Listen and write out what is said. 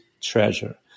treasure